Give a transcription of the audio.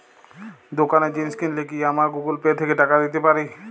দোকানে জিনিস কিনলে কি আমার গুগল পে থেকে টাকা দিতে পারি?